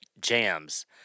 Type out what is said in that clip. jams